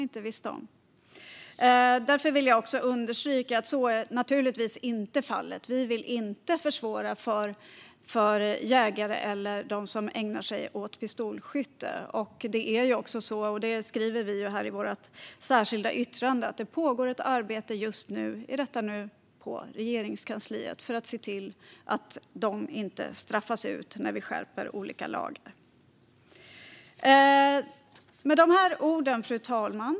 Låt mig därför understryka att vi inte vill försvåra för jägare eller pistolskyttar. Som vi skriver i vårt särskilda yttrande pågår det just nu ett arbete på Regeringskansliet för att se till att dessa inte straffas ut när olika lagar skärps. Fru talman!